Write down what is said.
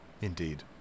Indeed